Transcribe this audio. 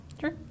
Sure